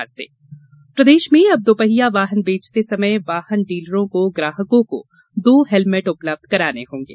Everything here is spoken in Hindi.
हेलमेट प्रदेश में अब दोपहिया वाहन बेचते समय वाहन डीलरों को ग्राहकों को दो हेलमेट उपलब्ध कराने होंगे